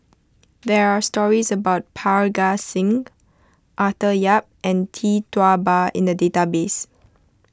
there are stories about Parga Singh Arthur Yap and Tee Tua Ba in the database